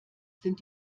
sind